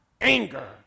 anger